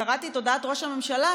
קראתי את הודעת ראש הממשלה,